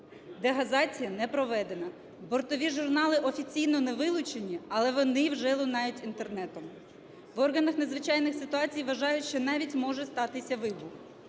дегазація не проведена, бортові журнали офіційно не вилучені, але вони вже лунають Інтернетом. В органах надзвичайних ситуацій вважають, що навіть може статися вибух.